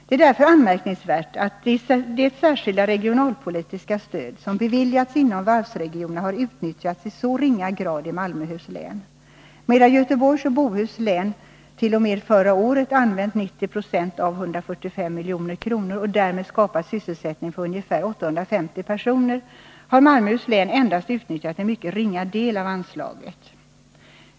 Det är därför anmärkningsvärt att det särskilda regionalpolitiska stöd som beviljats inom varvsregionerna har utnyttjats i så ringa grad i Malmöhus län. Medan Göteborgs och Bohus län t.o.m. förra året använt 90 96 av 145 milj.kr. och därmed skapat sysselsättning för ungefär 850 personer, har Malmöhus län endast utnyttjat en mycket ringa del av anslaget.